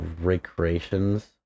recreations